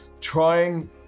trying